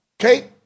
Okay